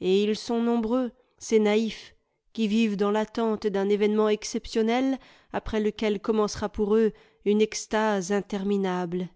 et ils sont nombreux ces naïfs qui vivent dans tattente d'un événement exceptionnel après lequel commencera pour eux une extase interminable